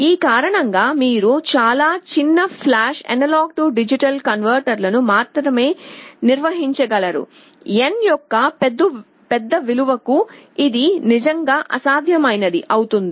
ఈ కారణంగా మీరు చాలా చిన్న ఫ్లాష్ A D కన్వర్టర్లను మాత్రమే నిర్మించగలరు n యొక్క పెద్ద విలువలకు ఇది నిజంగా అసాధ్యమైనది అవుతుంది